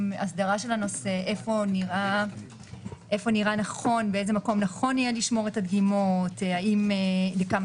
הסדרה של הנושא; באיזה מקום נראה שנכון יהיה לשמור את הדגימות: לכמה